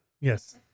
Yes